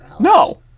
No